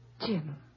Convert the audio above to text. Jim